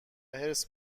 حرص